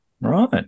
right